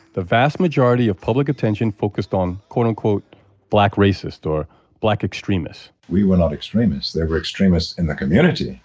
the vast majority of public attention focused on quote-unquote black racists or black extremists we were not extremists. there were extremists in the community.